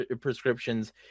prescriptions